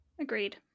Agreed